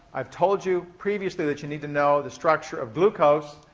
i've told you previously that you need to know the structure of glucose,